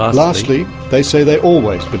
ah lastly, they say they always but